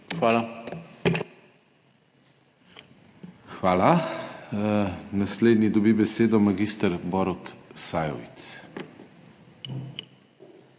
Hvala. Naslednji dobi besedo magister Borut Sajovic.